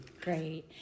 Great